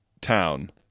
town